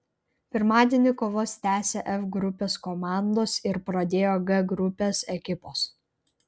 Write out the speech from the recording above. pirmadienį kovas tęsė f grupės komandos ir pradėjo g grupės ekipos